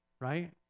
right